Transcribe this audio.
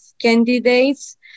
candidates